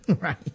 Right